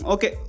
Okay